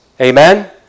Amen